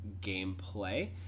gameplay